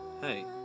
Hey